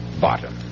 bottom